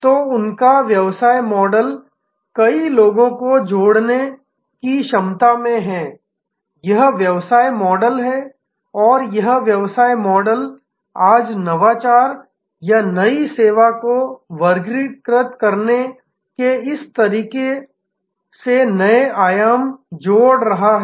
तो उनका व्यवसाय मॉडल कई लोगों को कई से जोड़ने की क्षमता में है यह व्यवसाय मॉडल है और यह व्यवसाय मॉडल आज नवाचार या नई सेवा को वर्गीकृत करने के इस तरह से नए आयाम जोड़ रहा है